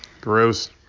Gross